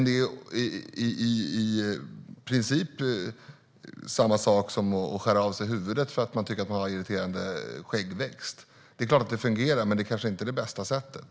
Det är i princip samma sak som att skära av sig huvudet för att man tycker att man har irriterande skäggväxt. Det är klart att det fungerar, men det är kanske inte det bästa sättet.